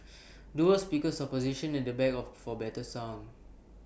dual speakers are positioned at the back of for better sound